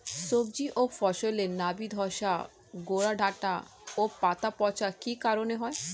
সবজি ও ফসলে নাবি ধসা গোরা ডাঁটা ও পাতা পচা কি কারণে হয়?